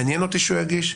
מעניין אותי שהוא יגיש?